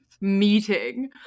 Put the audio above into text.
meeting